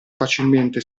facilmente